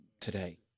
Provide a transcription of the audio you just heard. Today